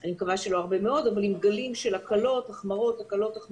אני מקווה שלא הרבה מאוד של הקלות והחמרות וכדומה.